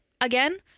again